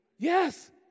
Yes